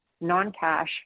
non-cash